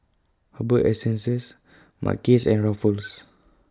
Herbal Essences Mackays and Ruffles